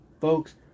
folks